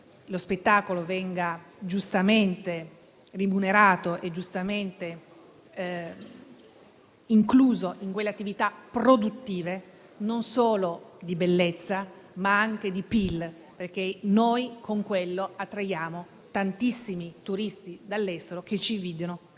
lo spettacolo venga giustamente rimunerato e giustamente incluso tra quelle attività produttive non solo di bellezza, ma anche di PIL, perché grazie a esso attraiamo tantissimi turisti dall'estero, che ci invidiano